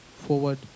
forward